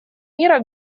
мира